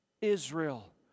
Israel